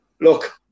look